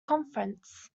conference